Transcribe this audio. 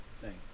Thanks